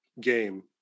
game